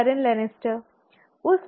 Tyrion Lannister है ना